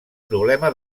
problema